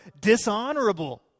dishonorable